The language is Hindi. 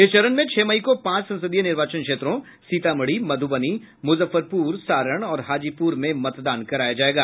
इस चरण में छह मई को पांच संसदीय निर्वाचन क्षेत्रों सीतामढ़ी मधुबनी मुजफ्फरपुर सारण और हाजीपुर में मतदान कराया जायेगा